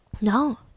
No